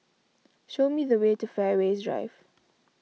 show me the way to Fairways Drive